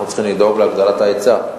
אנחנו צריכים לדאוג להגדלת ההיצע,